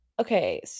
okay